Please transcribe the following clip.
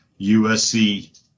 USC